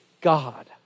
God